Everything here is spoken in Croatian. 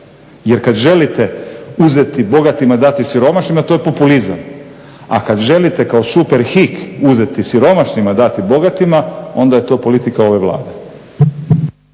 Jer kad želite uzeti bogatima, a dati siromašnima to je populizam, a kad želite kao Super Hik uzeti siromašnima, a dati bogatima onda je to politika ove Vlade.